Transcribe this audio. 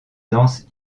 danse